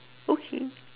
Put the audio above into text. okay